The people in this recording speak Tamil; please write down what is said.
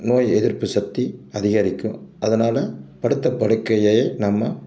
நோய் எதிர்ப்பு சக்தி அதிகரிக்கும் அதனால படுத்த படுக்கையை நம்ம